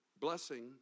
blessing